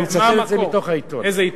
אני מצטט את זה מתוך העיתון.